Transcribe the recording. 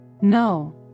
no